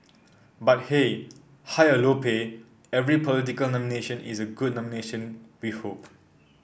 but hey high or low pay every political nomination is a good nomination we hope